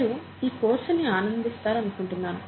మీరు ఈ కోర్సును ఆనందిస్తారనుకుంటున్నాను